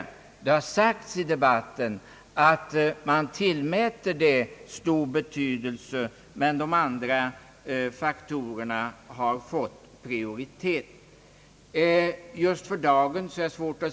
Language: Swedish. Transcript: I debatten har det sagts att man tillmäter det stor betydelse men att de andra faktorerna har fått prioritet.